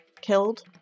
killed